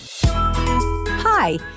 Hi